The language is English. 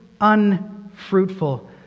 unfruitful